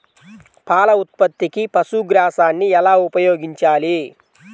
పాల ఉత్పత్తికి పశుగ్రాసాన్ని ఎలా ఉపయోగించాలి?